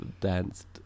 danced